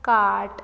cart